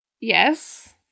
yes